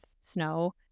snow